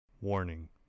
Warning